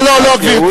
לא, לא, לא, גברתי.